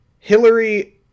Hillary